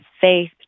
faith